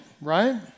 right